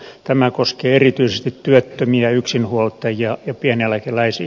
tämä koskee erityisesti työttömiä yksinhuoltajia ja pieneläkeläisiä